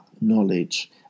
knowledge